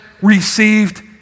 received